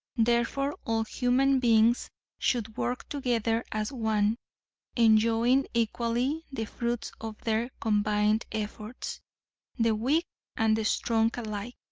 therefore all human beings should work together as one enjoying equally the fruits of their combined efforts the weak and the strong alike.